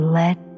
let